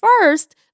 first